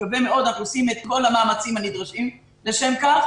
אנחנו עושים את כל המאמצים הנדרשים לשם כך